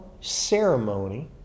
ceremony